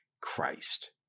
Christ